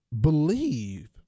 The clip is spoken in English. believe